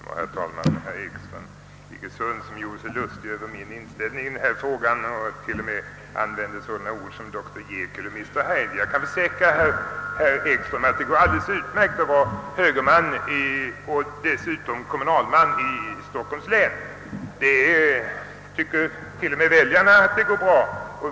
Herr talman! Herr Ekström i Igge sund gjorde sig lustig över min inställning i denna fråga och använde t.o.m. uttrycket dr Jekyll och mr Hyde. Jag kan försäkra herr Ekström att det går alldeles utmärkt att representera högern både som riksdagsman och som kommunalman i Stockholms län. T. o. m. väljarna tycker att det går bra.